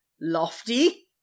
lofty